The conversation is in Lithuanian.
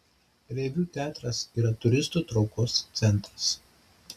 reviu teatras yra turistų traukos centras